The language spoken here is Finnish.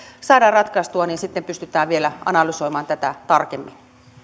saadaan ratkaistua niin sitten pystytään vielä analysoimaan tätä tarkemmin